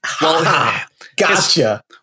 gotcha